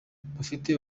bafite